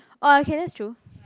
orh okay that's true